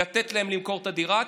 לתת להם למכור את הדירה,